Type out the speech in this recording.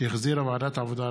שהחזירה ועדת העבודה,